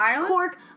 Cork